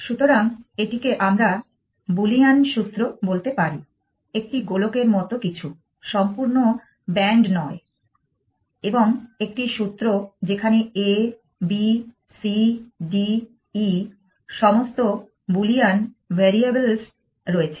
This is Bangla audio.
সুতরাং এটিকে আমরা Boolean সূত্র বলতে পারি একটি গোলকের মতো কিছু সম্পূর্ণ ব্যান্ড নয় এবং একটি সূত্র যেখানে a b c d e সমস্ত বুলিয়ান ভ্যারিয়েবলস রয়েছে